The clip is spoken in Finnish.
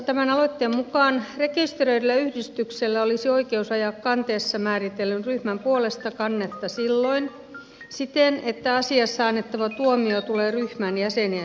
tämän aloitteen mukaan rekisteröidyllä yhdistyksellä olisi oikeus ajaa kanteessa määritellyn ryhmän puolesta kannetta siten että asiassa annettava tuomio tulee ryhmän jäseniä sitovaksi